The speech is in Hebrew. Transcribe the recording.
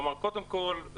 קודם כול,